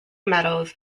medals